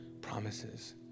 promises